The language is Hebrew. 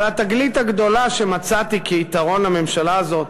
אבל התגלית הגדולה שמצאתי כיתרון לממשלה הזאת